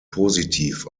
positiv